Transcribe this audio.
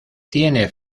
tiene